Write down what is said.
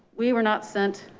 we were not sent,